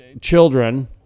children